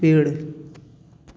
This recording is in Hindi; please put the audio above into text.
पेड़